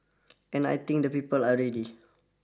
and I think the people are ready